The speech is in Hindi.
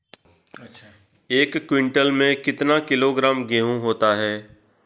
एक क्विंटल में कितना किलोग्राम गेहूँ होता है?